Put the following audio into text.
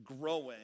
growing